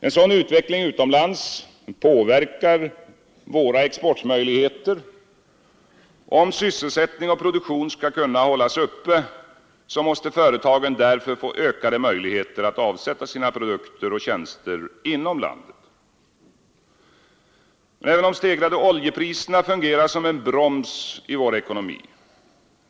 En sådan utveckling utomlands påverkar exportmöjligheterna. Om sysselsättning och produktion skall kunna hållas uppe, måste företagen därför få ökade möjligheter att avsätta sina produkter och tjänster inom landet. Även de stegrade oljepriserna fungerar som en broms i vår ekonomi.